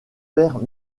père